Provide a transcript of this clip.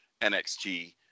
NXT